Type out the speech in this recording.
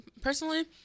personally